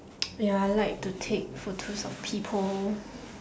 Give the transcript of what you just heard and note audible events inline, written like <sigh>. <noise> ya I like to take photos of people